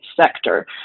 sector